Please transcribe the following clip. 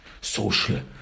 social